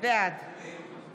בעד